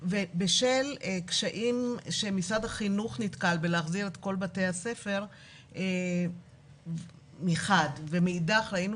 בשל קשיים שמשרד החינוך נתקל בהחזרת כל בתי הספר מחד ומאידך ראינו